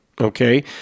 Okay